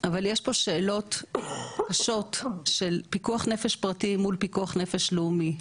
אבל יש פה שאלות קשות של פיקוח נפש פרטי מול פיקוח נפש לאומי.